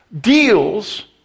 deals